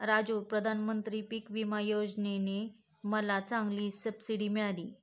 राजू प्रधानमंत्री पिक विमा योजने ने मला चांगली सबसिडी मिळाली